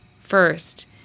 first